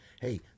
hey